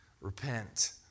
Repent